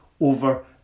over